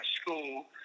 school